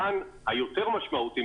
הפן היותר משמעותי,